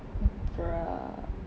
bruh